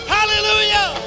Hallelujah